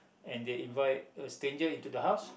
and they invite a stranger into the house